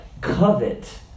Covet